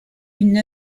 une